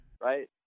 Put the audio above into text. right